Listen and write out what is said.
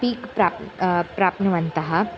peak प्र प्राप्नुवन्तः